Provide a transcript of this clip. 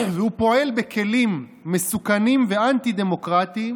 והוא פועל בכלים מסוכנים ואנטי-דמוקרטיים